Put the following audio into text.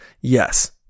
Yes